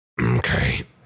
Okay